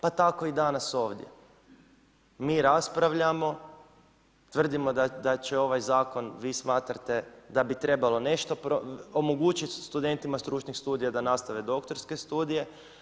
Pa tako i danas ovdje mi raspravljamo, tvrdimo da će ovaj zakon vi smatrate da bi trebalo nešto omogućiti studentima stručnih studija da nastave doktorske studije.